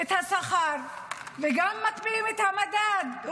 את השכר וגם מקפיאים את המדד,